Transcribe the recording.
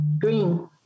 Green